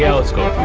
yeah let's go.